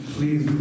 Please